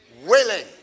willing